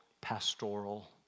pastoral